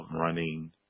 running